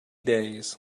days